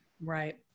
Right